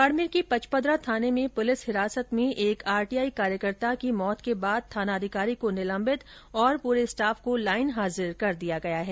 बाड़मेर के पचपदरा थाने में पुलिस हिरासत में एक आरटीआई कार्यकर्ता की मौत के बाद थानाधिकारी को निलम्बित और पूरे स्टाफ को लाइन हाजिर कर दिया गया है